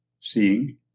Seeing